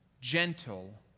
gentle